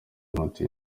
muti